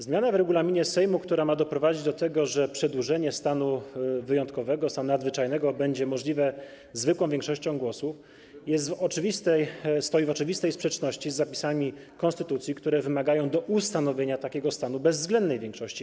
Zmiana w regulaminie Sejmu, która ma doprowadzić do tego, że przedłużenie stanu wyjątkowego, stanu nadzwyczajnego będzie możliwe zwykłą większością głosów, stoi w oczywistej sprzeczności z zapisami konstytucji, które wymagają do ustanowienia takiego stanu bezwzględnej większości.